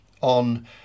on